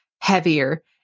heavier